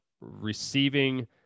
receiving